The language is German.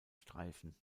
streifen